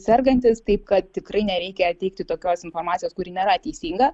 sergantis taip kad tikrai nereikia teikti tokios informacijos kuri nėra teisinga